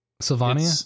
Sylvania